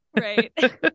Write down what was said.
Right